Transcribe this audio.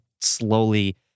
slowly